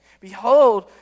Behold